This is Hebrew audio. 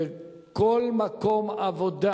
וכל מקום עבודה